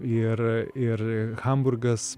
ir ir hamburgas